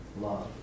love